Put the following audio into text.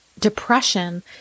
Depression